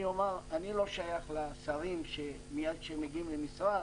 אני לא שייך לשרים שמיד כשהם מגיעים למשרד,